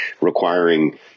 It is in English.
requiring